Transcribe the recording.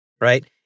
Right